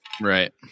Right